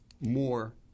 more